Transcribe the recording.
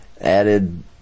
added